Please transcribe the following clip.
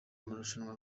amarushanwa